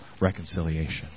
reconciliation